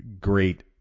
great